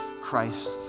Christ